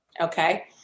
okay